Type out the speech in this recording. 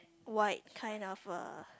white kind of uh